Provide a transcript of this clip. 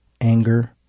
anger